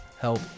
help